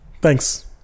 thanks